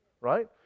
right